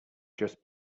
just